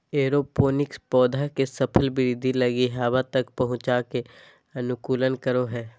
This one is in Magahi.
एरोपोनिक्स पौधा के सफल वृद्धि लगी हवा तक पहुंच का अनुकूलन करो हइ